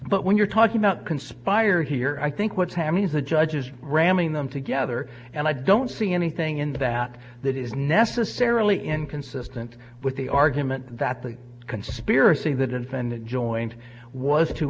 but when you're talking about conspire here i think what's happening is the judges ramming them together and i don't see anything in that that is necessarily inconsistent with the argument that the conspiracy that infinite joined was to